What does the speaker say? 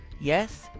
yes